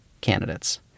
candidates